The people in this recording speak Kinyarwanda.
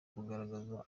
kugaragaza